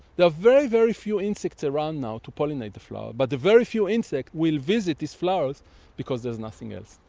there are very, very few insects around now to pollinate the flower but the very few insects will visit these flowers because there is nothing else.